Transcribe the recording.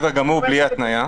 בלי התניה.